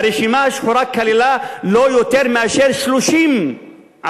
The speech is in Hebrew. הרשימה השחורה כללה לא יותר מ-30 עבריינים.